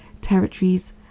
territories